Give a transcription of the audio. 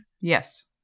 Yes